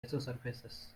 isosurfaces